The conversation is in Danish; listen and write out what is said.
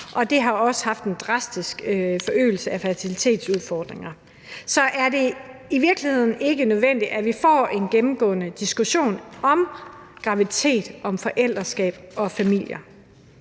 og det har medført en drastisk forøgelse af fertilitetsudfordringerne. Så er det i virkeligheden ikke nødvendigt, at vi får en gennemgående diskussion om graviditet, om forældreskab og om familier?